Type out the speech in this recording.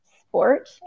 sport